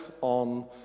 on